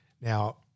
Now